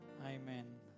amen